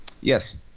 Yes